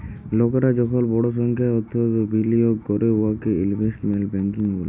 লকরা যখল বড় সংখ্যায় অথ্থ বিলিয়গ ক্যরে উয়াকে ইলভেস্টমেল্ট ব্যাংকিং ব্যলে